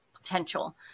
potential